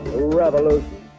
revolution